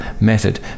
method